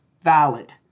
valid